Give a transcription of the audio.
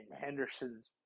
Henderson's